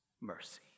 mercy